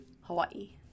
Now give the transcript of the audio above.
Hawaii